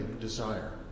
desire